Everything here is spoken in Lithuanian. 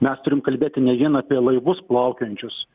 mes turim kalbėti ne vien apie laivus plaukiojančius